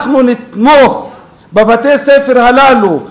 אנחנו נתמוך בבתי-הספר הללו,